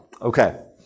Okay